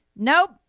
Nope